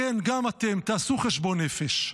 כן, גם אתם: תעשו חשבון נפש.